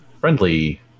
friendly